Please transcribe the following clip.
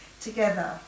together